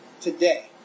today